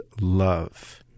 love